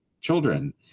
children